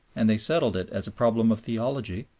and they settled it as a problem of theology,